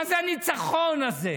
מה זה הניצחון הזה?